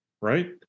right